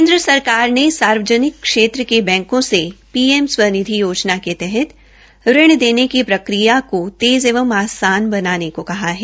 केन्द्र सरकार ने सार्वजनिक क्षेत्र के बैंकों से पीएम स्वनिधि योजना के तहत ऋण देने की प्रक्रिया को तेज़ एवं आसान बनाने को कहा है